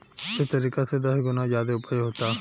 एह तरीका से दस गुना ज्यादे ऊपज होता